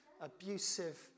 abusive